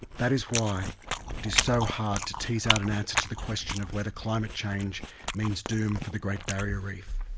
that is why it is so hard to tease out an answer to the question of whether climate change means doom for the great barrier reef.